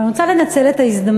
אבל אני רוצה לנצל את ההזדמנות,